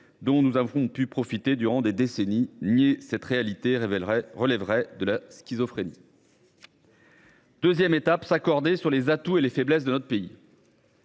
dont nous avons profité durant des décennies. Nier cette réalité relèverait de la schizophrénie. Deuxième étape : s’accorder sur les atouts et les faiblesses de notre pays.